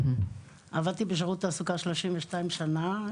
אני עבדתי בשירות התעסוקה במשך 32 שנים,